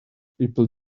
people